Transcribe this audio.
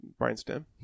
brainstem